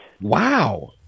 wow